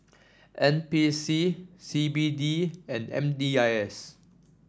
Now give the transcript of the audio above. N P C C B D and M D I S